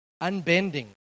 unbending